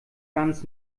ganz